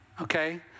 Okay